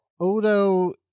Odo